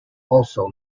also